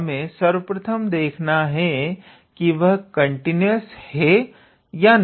और हमें सर्वप्रथम यह देखना है कि वह कंटिन्यूस है या नहीं